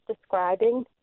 describing